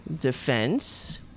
defense